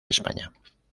españa